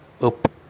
up